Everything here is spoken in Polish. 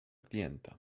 klienta